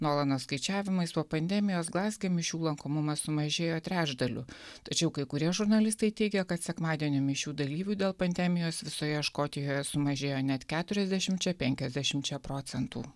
nolano skaičiavimais nuo pandemijos glazge mišių lankomumas sumažėjo trečdaliu tačiau kai kurie žurnalistai teigia kad sekmadienio mišių dalyvių dėl pandemijos visoje škotijoje sumažėjo net keturiasdešimčia penkiasdešimčia procentų